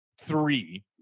three